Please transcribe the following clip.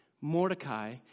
Mordecai